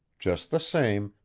just the same,